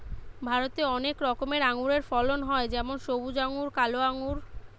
ভারতে অনেক রকমের আঙুরের ফলন হয় যেমন সবুজ আঙ্গুর, কালো আঙ্গুর